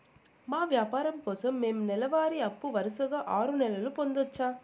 మా వ్యాపారం కోసం మేము నెల వారి అప్పు వరుసగా ఆరు నెలలు పొందొచ్చా?